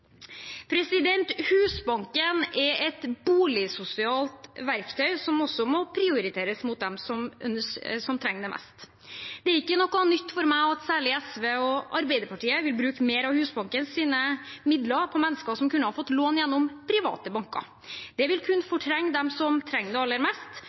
Husbanken er et boligsosialt verktøy som også må prioriteres mot dem som trenger det mest. Det er ikke noe nytt for meg at særlig SV og Arbeiderpartiet vil bruke mer av Husbankens midler på mennesker som kunne ha fått lån gjennom private banker. Det vil kunne fortrenge dem som trenger det aller mest,